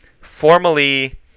formally